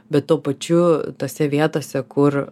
bet tuo pačiu tose vietose kur